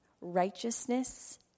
righteousness